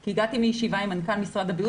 כי הגעתי מישיבה עם מנכ"ל משרד הבריאות.